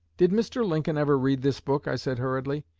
did mr. lincoln ever read this book i said, hurriedly.